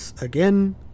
again